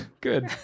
Good